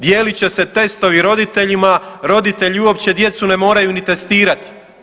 Dijelit će se testovi roditeljima, roditelji uopće djecu ne moraju ni testirat.